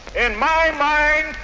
in my mind,